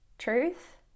truth